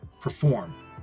perform